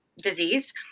disease